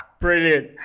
Brilliant